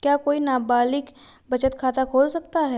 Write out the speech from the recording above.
क्या कोई नाबालिग बचत खाता खोल सकता है?